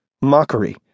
mockery